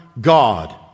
God